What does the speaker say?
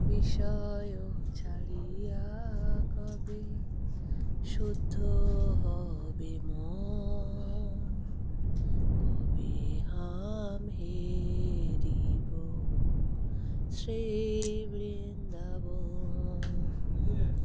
বিষয়ও ছাড়িয়া কবে শুদ্ধ হবে মন কবে হাম হিরিব শ্রীবৃ্ন্দাবন